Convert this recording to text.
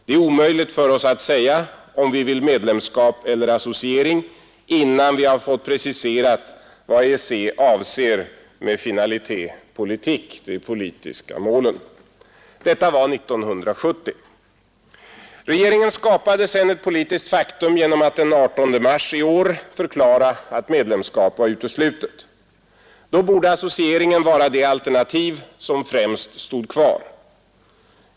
Det är omöjligt för oss att säga om vi vill medlemskap eller associering, innan vi har fått preciserat vad EEC avser med ”finalités politiques'.” Detta var 1970. Regeringen skapade sedan ett politiskt faktum genom att den 18 mars i år förklara att medlemskap var uteslutet. Då borde associeringen vara det alternativ som främst står kvar.